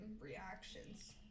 reactions